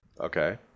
Okay